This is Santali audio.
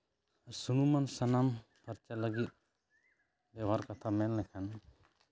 ᱥᱩᱱᱩᱢᱟᱱ ᱥᱟᱱᱟᱢ ᱯᱷᱟᱨᱪᱟ ᱞᱟᱹᱜᱤᱫ ᱵᱮᱵᱷᱟᱨ ᱠᱟᱛᱷᱟ ᱢᱮᱱ ᱞᱮᱠᱷᱟᱱ